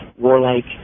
warlike